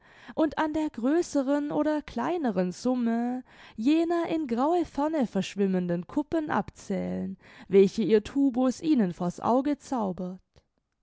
und an der größeren oder kleineren summe jener in graue ferne verschwimmenden kuppen abzählen welche ihr tubus ihnen vor's auge zaubert